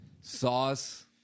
sauce